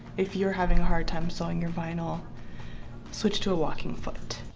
if you're having a hard time sewing your vinyl switch to a walking foot